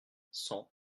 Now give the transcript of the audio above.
cent